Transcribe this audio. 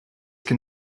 can